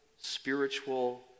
spiritual